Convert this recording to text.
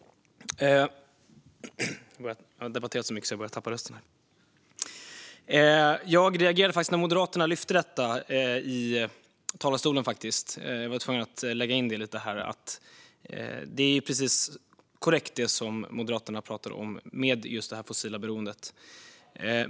Jag reagerade när Moderaterna talade om detta i talarstolen. Det som Moderaterna talar om är korrekt när det gäller just det fossila beroendet.